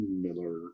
Miller